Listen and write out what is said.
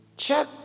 check